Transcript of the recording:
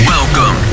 Welcome